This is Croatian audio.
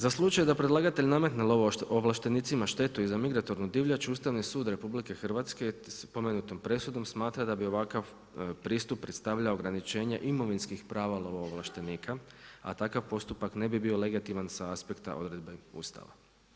Za slučaj da predlagatelj nametne lovoovlaštenicima štetu i za migratornu divljač Ustavni sud RH spomenutom presudom smatra da bi ovakav pristup predstavljao ograničenje imovinskih prava lovoovlaštenika a takav postupak ne bi bio legitiman sa aspekta odredbe Ustava.